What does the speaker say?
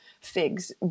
figs